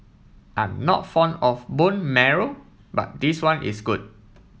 I'm not fond of bone marrow but this one is good